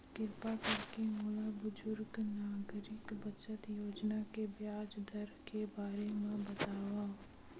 किरपा करके मोला बुजुर्ग नागरिक बचत योजना के ब्याज दर के बारे मा बतावव